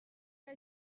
que